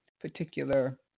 particular